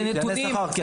זה נתונים.